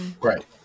Right